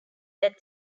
that